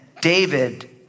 David